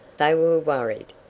they were worried.